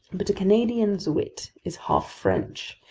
but a canadian's wit is half french,